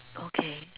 okay